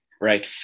right